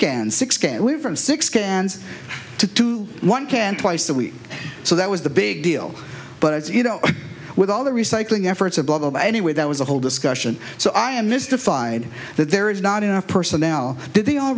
streak and six can weave from six cans to two one can twice a week so that was the big deal but as you know with all the recycling efforts above anyway that was the whole discussion so i am mystified that there is not enough personnel did they all